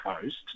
Coast